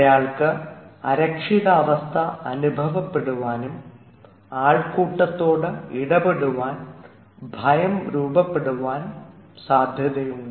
അയാൾക്ക് അരക്ഷിതാവസ്ഥ അനുഭവപ്പെടാനും ആൾകൂട്ടത്തോട് ഇടപെടുവാൻ ഭയം രൂപപ്പെടുവാൻ സാധ്യതയുണ്ട്